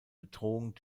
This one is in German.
bedrohung